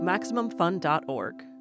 MaximumFun.org